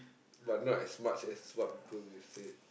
but not as much as what people will say